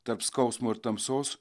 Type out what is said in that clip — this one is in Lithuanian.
tarp skausmo ir tamsos